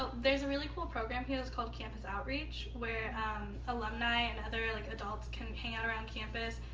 there's a really cool program here that's called campus outreach where alumni and other like adults can hang out around campus.